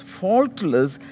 faultless